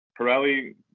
Pirelli